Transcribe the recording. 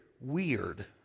weird